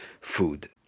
food